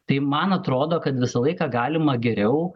tai man atrodo kad visą laiką galima geriau